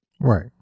Right